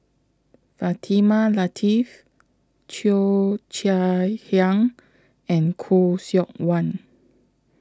Fatimah Lateef Cheo Chai Hiang and Khoo Seok Wan